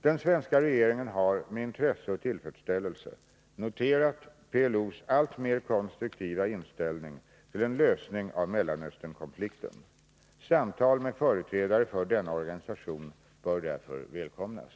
Den svenska regeringen har med intresse och tillfredsställelse noterat PLO:s alltmer konstruktiva inställning till en lösning av Mellanösternkonflikten. Samtal med företrädare för denna organisation bör därför välkomnas.